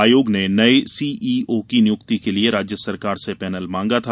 आयोग ने नये सीईओ की नियुक्ति के लिए राज्य सरकार से पैनल मांगा था